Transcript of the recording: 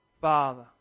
Father